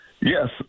Yes